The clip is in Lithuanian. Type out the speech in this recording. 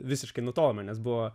visiškai nutolome nes buvo